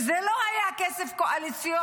וזה לא היה כסף קואליציוני,